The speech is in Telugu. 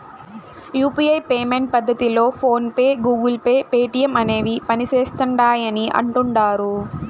యూ.పీ.ఐ పేమెంట్ పద్దతిలో PhonePe, Google Pay, Paytm అనేవి పనిసేస్తిండాయని అంటుడారు